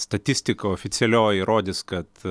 statistika oficialioji įrodys kad